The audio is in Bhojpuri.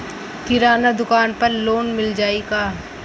किराना दुकान पर लोन मिल जाई का?